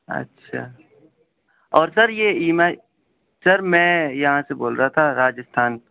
اچھا اور سر یہ ای ایم آئی سر میں یہاں سے بول رہا تھا راجستھان